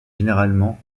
généralement